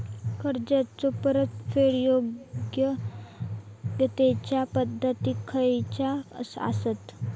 कर्जाचो परतफेड येगयेगल्या पद्धती खयच्या असात?